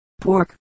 pork